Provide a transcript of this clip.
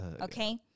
Okay